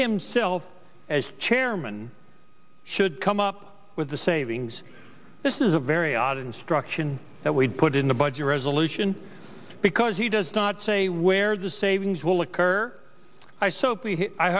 himself as chairman should come up with the savings this is a very odd instruction that we put in the budget resolution because he does not say where the savings will occur i